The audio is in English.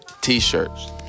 T-shirts